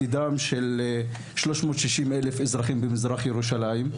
מדובר בדיון בנוגע לעתידם של 360 אלף אזרחים במזרח ירושלים,